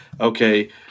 okay